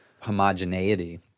homogeneity